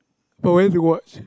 but when did you watch